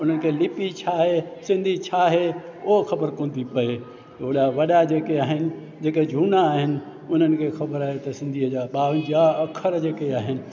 उन्हनि खे लिपि छा आहे सिंधी छा आहे उहो ख़बर कोन थी पए ओॾा वॾा जेके आहिनि जेके झूना आहिनि उन्हनि खे ख़बर आहे सिंधीअ जा ॿावंजाहु अख़र जेके आहिनि